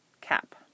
cap